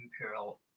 imperial